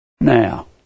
now